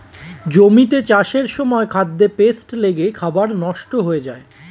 জমিতে চাষের সময় খাদ্যে পেস্ট লেগে খাবার নষ্ট হয়ে যায়